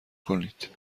کنید